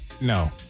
No